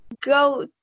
go